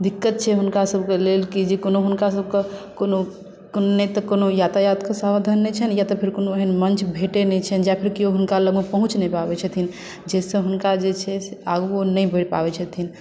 दिक्कत छै हुनका सबके लेल कि जे कोनो हुनका सबके कोनो नहि तऽ कोनो यातायातके साधन नहि छनि या त फेर कोनो एहेन मंच भेटैत नहि छनि या फेर कियो हुनका लगमेँ पहुँच नहि पाबैत छथिन जहिसँ हुनका जे छै से आगुओ नहि बढ़ि पाबै छथिन